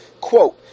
Quote